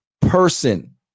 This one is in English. person